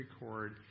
record